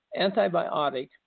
antibiotic